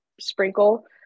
sprinkle